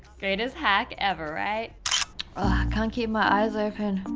greatest hack ever write ah can keep my eyes open